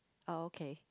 okay